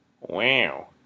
Wow